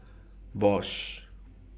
Bosch